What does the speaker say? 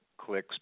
clicks